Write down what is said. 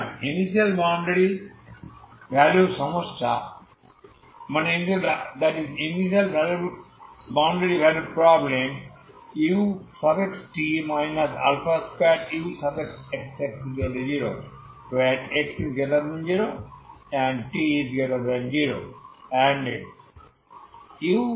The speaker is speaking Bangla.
সুতরাং ইনিশিয়াল বাউন্ডারি ভ্যালু সমস্যা ut 2uxx0 x0 t0 এবং ux0t0